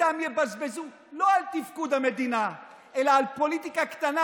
שאותם יבזבזו לא על תפקוד המדינה אלא על פוליטיקה קטנה,